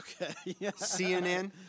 CNN